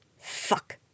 Fuck